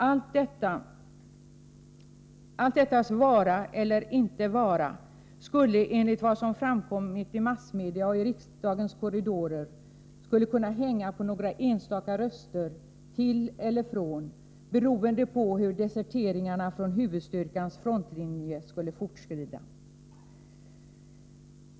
Allt dettas vara eller inte vara skulle enligt vad som har framkommit i massmedia och i riksdagens korridorer kunna hänga på några enstaka röster till eller ifrån beroende på hur deserteringarna från huvudstyrkans frontlinjer fortskrider.